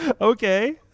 Okay